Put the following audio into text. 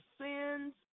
sins